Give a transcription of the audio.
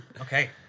Okay